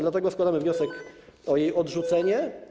Dlatego składamy wniosek o jej odrzucenie.